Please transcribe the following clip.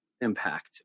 impact